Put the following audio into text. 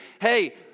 hey